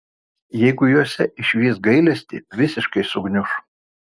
jeigu jose išvys gailestį visiškai sugniuš